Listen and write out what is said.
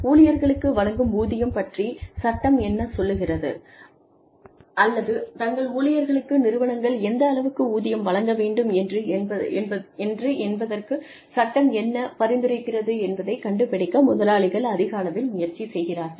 ஊழியர்களுக்கு வழங்கும் ஊதியம் பற்றி சட்டம் என்ன சொல்கிறது அல்லது தங்கள் ஊழியர்களுக்கு நிறுவனங்கள் எந்த அளவுக்கு ஊதியம் வழங்க வேண்டும் என்று என்பதற்குச் சட்டம் என்ன பரிந்துரைக்கிறது என்பதைக் கண்டுபிடிக்க முதலாளிகள் அதிக அளவில் முயற்சி செய்கிறார்கள்